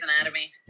Anatomy